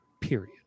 Period